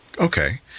Okay